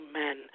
Amen